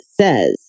says